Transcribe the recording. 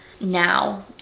now